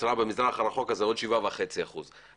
יוצרה במזרח הרחוק, זה עוד 7.5 אחוזים.